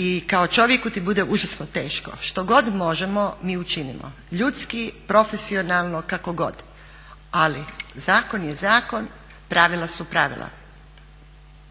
i kao čovjeku ti bude užasno teško. Što god možemo mi učinimo ljudski, profesionalno, kako god. Ali zakon je zakon, pravila su pravila.